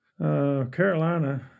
Carolina